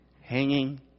hanging